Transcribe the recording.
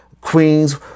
queens